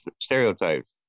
stereotypes